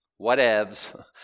whatevs